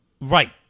Right